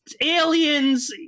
aliens